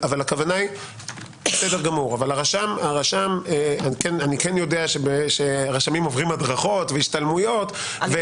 אבל אני כן יודע שרשמים עוברים הדרכות והשתלמויות.